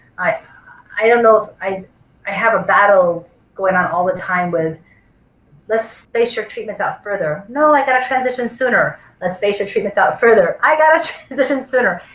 i i don't know if i i have a battle going on all the time with let's space your treatments out further, no i got a transition sooner, let's space your treatments out further, i gotta transition sooner.